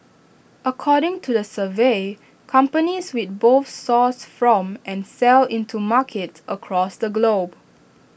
according to the survey companies with both source from and sell into markets across the globe